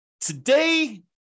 today